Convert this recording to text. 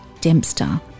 Dempster